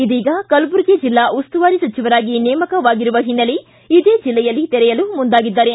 ಇದೀಗ ಕಲಬುರಗಿ ಜಿಲ್ಲಾ ಉಸ್ತುವಾರಿ ಸಚಿವರಾಗಿ ನೇಮಕವಾಗಿರುವ ಓನ್ನೆಲೆ ಇದೇ ಜಿಲ್ಲೆಯಲ್ಲಿ ತೆರೆಯಲು ಮುಂದಾಗಿದ್ದಾರೆ